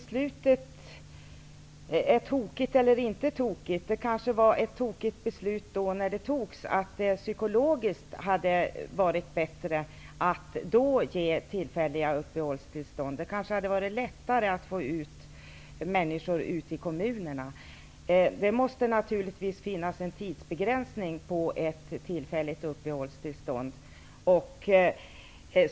Fru talman! Det kanske var ett tokigt beslut när det fattades. Psykologiskt hade det kanske varit bättre att ge tillfälliga uppehållstillstånd. Då kanske det hade varit lättare att få ut människor i kommunerna. Naturligtvis måste det finnas en tidsbegränsning för ett tillfälligt uppehållstillstånd.